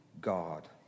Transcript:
God